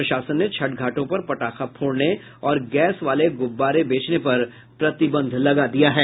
प्रशासन ने छठ घाटों पर पटाखा फोड़ने और गैस वाले गुब्बारे बेचने पर प्रतिबंध लगा दिया है